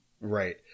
Right